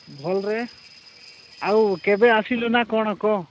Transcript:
ଭଲରେ ଆଉ କେବେ ଆସିଲୁ ନା କ'ଣ କହ